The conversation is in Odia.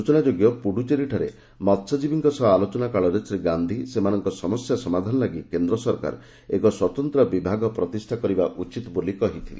ସୂଚନାଯୋଗ୍ୟ ପୁଡ଼ୁଚେରୀଠାରେ ମହ୍ୟଜୀବୀଙ୍କ ସହ ଆଲୋଚନା କାଳରେ ଶ୍ରୀ ଗାନ୍ଧୀ ସେମାନଙ୍କ ସମସ୍ୟା ସମାଧାନ ଲାଗି କେନ୍ଦ୍ର ସରକାର ଏକ ସ୍ୱତନ୍ତ୍ର ବିଭାଗ ପ୍ରତିଷ୍ଠା କରିବା ଉଚିତ ବୋଲି କହିଥିଲେ